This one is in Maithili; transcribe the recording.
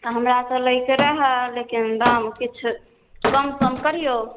हमरा तऽ लैके रहै लेकिन दाम किछु कमसम करिऔ